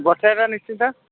ବସେଇବା ନିଶ୍ଚିତ